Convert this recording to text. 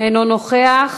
אינו נוכח,